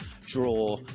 draw